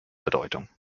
bedeutung